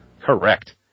Correct